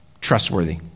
trustworthy